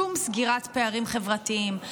שום סגירת פערים חברתיים.